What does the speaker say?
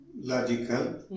logical